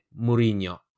Mourinho